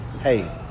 hey